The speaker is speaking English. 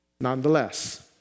Nonetheless